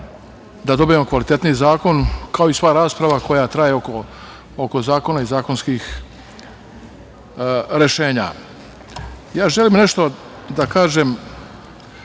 da dobijemo kvalitetniji zakon, kao i sva rasprava koja traje oko zakona i zakonskih rešenja. Želim nešto da kažem